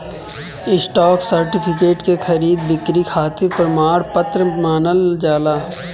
stock certificate के खरीद बिक्री खातिर प्रमाण पत्र मानल जाला